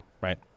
right